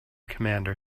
commander